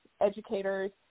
educators